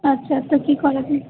আচ্ছা আচ্ছা কি করাবেন